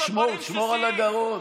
תשמור, שמור על הגרון.